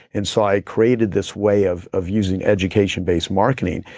and so i created this way of of using education based marketing,